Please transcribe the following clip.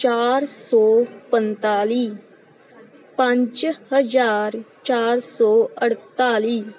ਚਾਰ ਸੌ ਪੰਤਾਲੀ ਪੰਜ ਹਜ਼ਾਰ ਚਾਰ ਸੌ ਅਠਤਾਲੀ